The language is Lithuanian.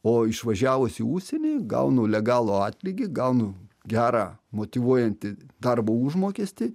o išvažiavus į užsienį gaunu legalų atlygį gaunu gerą motyvuojantį darbo užmokestį